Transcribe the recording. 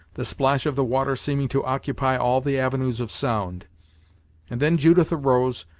the splash of the water seeming to occupy all the avenues of sound and then judith arose,